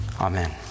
Amen